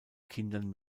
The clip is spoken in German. kindern